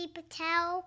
Patel